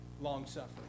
long-suffering